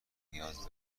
نیاز